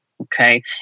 Okay